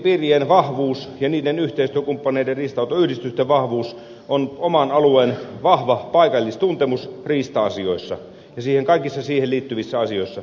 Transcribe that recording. riistanhoitopiirien vahvuus ja niiden yhteistyökumppaneiden riistanhoitoyhdistysten vahvuus on oman alueen vahva paikallistuntemus riista asioissa ja kaikissa siihen liittyvissä asioissa